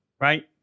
right